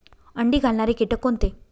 अंडी घालणारे किटक कोणते?